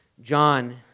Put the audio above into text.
John